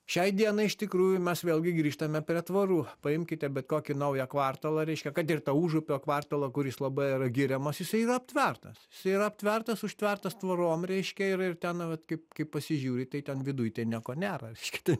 šiai dienai iš tikrųjų mes vėlgi grįžtame prie tvorų paimkite bet kokį naują kvartalą reiškia kad ir tą užupio kvartalą kuris labai yra giriamas jisai yra aptvertas jisai yra aptvertas užtvertas tvorom reiškia ir ir ten vat kaip kaip pasižiūri tai ten viduj nieko nėra reiškia tai